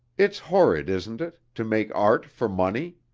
it's horrid, isn't it? to make art for money?